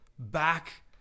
back